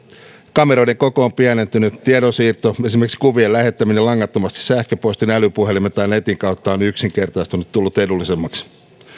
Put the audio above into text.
kameroiden koko on pienentynyt tiedonsiirto esimerkiksi kuvien lähettäminen langattomasti sähköpostin älypuhelimen tai netin kautta on yksinkertaistunut tullut edullisemmaksi